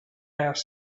asked